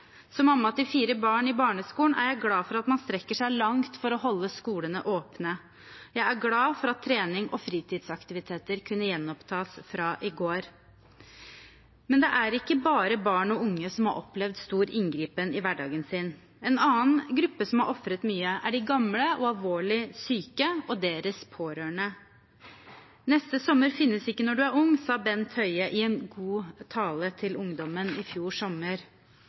Som mamma til fire barn i barneskolen er jeg glad for at man strekker seg langt for å holde skolene åpne. Jeg er glad for at trening og fritidsaktiviteter kunne gjenopptas fra i går. Men det er ikke bare barn og unge som har opplevd stor inngripen i hverdagen sin. En annen gruppe som har ofret mye, er de gamle og alvorlig syke og deres pårørende. «Neste sommer finnes ikke når du er ung», sa Bent Høie i en god tale til ungdommen i fjor sommer. Det mente han selvsagt i overført betydning, for neste sommer